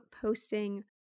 posting